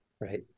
right